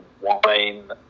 wine